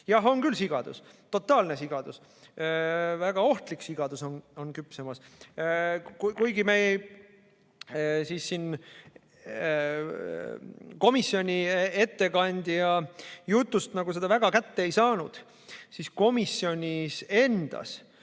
Jah, on küll sigadus, totaalne sigadus, väga ohtlik sigadus on küpsemas. Kuigi komisjoni ettekandja jutust nagu seda väga kätte ei saanud, siis komisjonis sai